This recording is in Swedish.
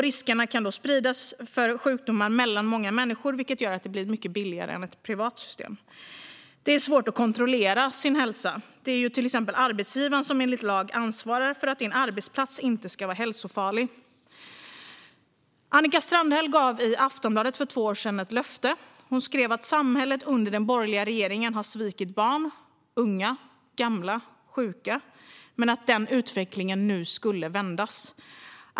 Riskerna när det gäller sjukdomar kan spridas mellan många människor, vilket gör att det blir mycket billigare än ett privat system. Det är svårt att kontrollera sin hälsa. Det är ju till exempel arbetsgivaren som enligt lag ansvarar för att din arbetsplats inte är hälsofarlig. Annika Strandhäll gav i Aftonbladet för två år sedan ett löfte. Hon skrev att samhället under den borgerliga regeringen har svikit barn, unga, gamla och sjuka men att den utvecklingen nu skulle vändas.